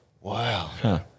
Wow